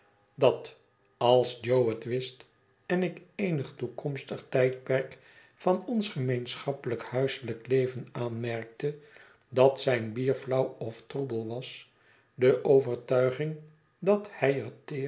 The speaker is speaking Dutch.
dat als jo het wis en in eenig toekomstig tijdperk van ons gemeenschappelijk huiselijk leven aanmerkte dat zijn bier flauw of troebel was de overtuiging dat hij